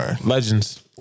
Legends